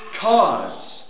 cause